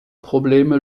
probleme